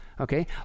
Okay